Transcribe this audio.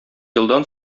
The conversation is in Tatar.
елдан